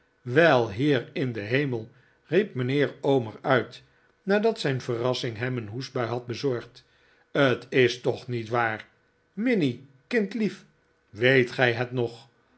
wel heer in den hemel riep mijnheer omer uit nadat zijn verrassing hem een hoestbui had bezorgd t is toch niet waar minnie kindlief weet gij het nog